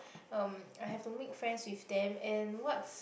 um I have to make friends with them and what's